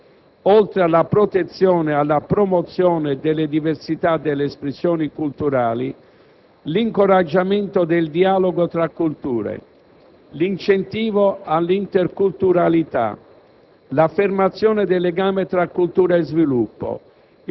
In particolare, la Convenzione risponde a due esigenze principali: assicurare il rispetto delle identità culturali di tutti i popoli, in un contesto democratico, e contribuire all'emergere di un clima favorevole